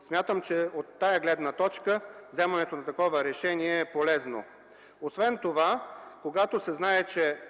смятам, че от тази гледна точка вземането на такова решение е полезно. Освен това като се знае, че